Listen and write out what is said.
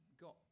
got